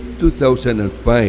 2005